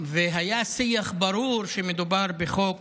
והיה שיח ברור שמדובר בחוק